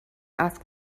asked